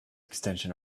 extension